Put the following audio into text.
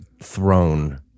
throne